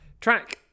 Track